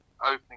Opening